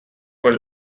was